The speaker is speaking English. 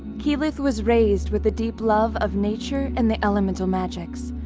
keyleth was raised with a deep love of nature and the elemental magics.